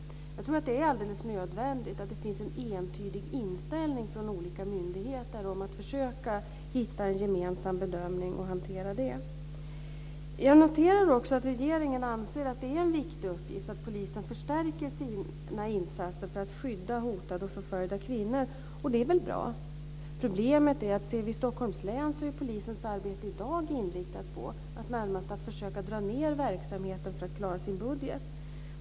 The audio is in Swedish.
Jag tror att det är alldeles nödvändigt att det finns en entydig inställning från olika myndigheter om att försöka hitta en gemensam bedömning och att hantera det. Jag noterar också att regeringen anser att det är en viktig uppgift att polisen förstärker sina insatser för att skydda hotade och förföljda kvinnor, och det är väl bra. Problemet är att ser vi till Stockholms län är polisens arbete i dag närmast inriktat på att försöka dra ned verksamheten för att klara sin budget.